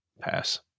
Pass